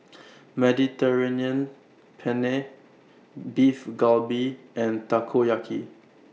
Mediterranean Penne Beef Galbi and Takoyaki